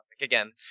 again